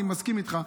אני מסכים איתך,